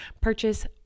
Purchase